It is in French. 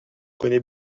connais